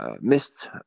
missed